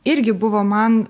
irgi buvo man